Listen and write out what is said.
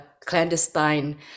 clandestine